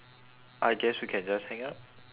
I guess we can just hang up